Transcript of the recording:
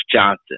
Johnson